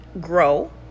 grow